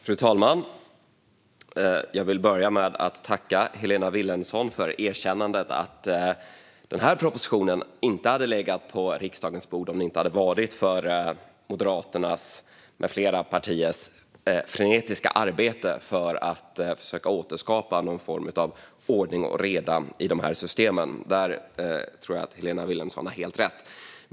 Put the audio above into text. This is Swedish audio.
Fru talman! Jag vill börja med att tacka Helena Vilhelmsson för erkännandet att propositionen inte hade legat på riksdagens bord om det inte hade varit för Moderaterna med flera partiers frenetiska arbete för att försöka återskapa någon form av ordning och reda i systemen. Där tror jag att Helena Vilhelmsson har helt rätt.